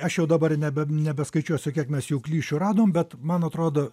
aš jau dabar nebe nebeskaičiuosiu kiek mes jau klišių radom bet man atrodo